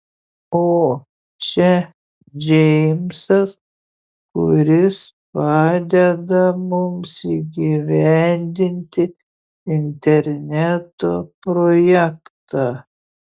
o čia džeimsas kuris padeda mums įgyvendinti interneto projektą